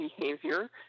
behavior